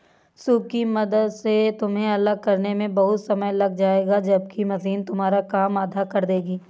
soup की मदद से तुम्हें अलग करने में बहुत समय लग जाएगा जबकि मशीन तुम्हारा काम आधा कर देगी